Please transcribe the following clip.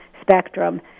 spectrum